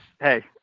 hey